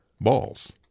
Balls